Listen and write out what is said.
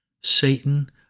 Satan